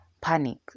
panic